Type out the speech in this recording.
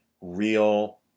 real